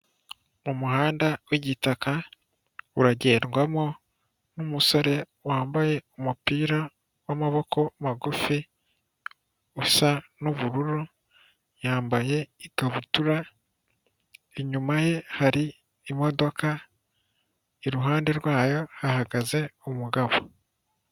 Umuhanda wigitaka uragendwamo n’umusore wambaye umupira w’amaboko magufi usa nubururu. Yambaye ikabutura, inyuma ye hari imodoka iruhande rwayo hahagaze umugabo.